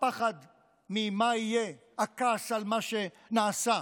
הפחד ממה יהיה, הכעס על מה שנעשה,